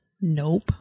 Nope